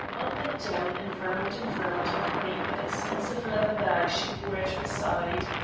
up and down and round and round a plain but expensive leather bag she wore at her side.